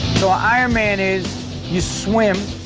so iron man is you swim,